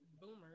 boomers